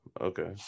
Okay